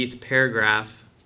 paragraph